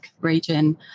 region